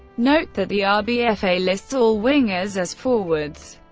note that the ah rbfa lists all wingers as forwards.